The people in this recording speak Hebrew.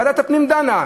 ועדת הפנים דנה.